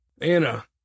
Anna